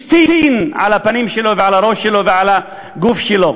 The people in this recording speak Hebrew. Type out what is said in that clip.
השתין, על הפנים שלו ועל הראש שלו ועל הגוף שלו.